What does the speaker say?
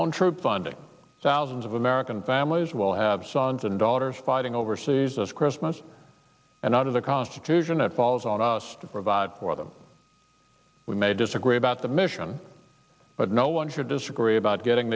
on troop funding thousands of american families will have sons and daughters fighting overseas this christmas and out of the constitution it falls on us to provide for them we may disagree about the mission but no one should disagree about getting